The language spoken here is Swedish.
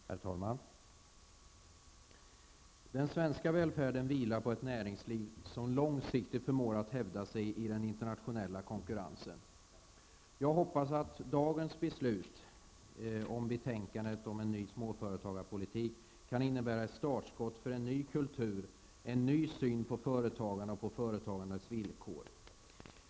Herr talman! Den svenska välfärden vilar på ett näringsliv som långsiktigt förmår att hävda sig i den internationella konkurrensen. Jag hoppas att dagens beslut angående betänkandet om en ny småföretagspolitik kan innebära ett startskott för en ny kultur, en ny syn på företagande och företagandets villkor.